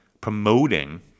promoting